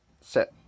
set